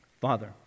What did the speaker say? Father